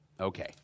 Okay